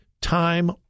time